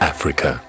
Africa